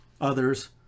others